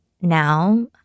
now